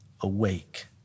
awake